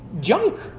junk